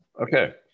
okay